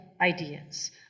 ideas